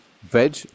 veg